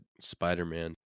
Spider-Man